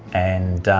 and